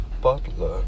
butler